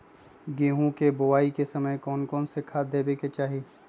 गेंहू के बोआई के समय कौन कौन से खाद देवे के चाही?